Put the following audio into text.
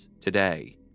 today